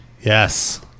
Yes